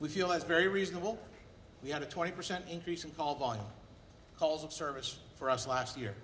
we feel is very reasonable we had a twenty percent increase in calls on calls of service for us last year